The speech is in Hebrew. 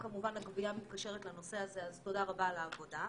הגבייה מתקשרת לנושא הזה, אז תודה רבה על העבודה.